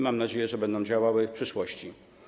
Mam nadzieję, że będą działały w przyszłości.